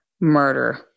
murder